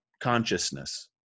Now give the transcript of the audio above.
consciousness